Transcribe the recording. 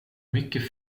mycket